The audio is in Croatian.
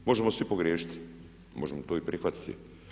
Možemo svi pogriješiti, možemo to i prihvatiti.